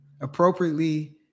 Appropriately